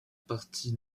partie